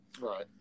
right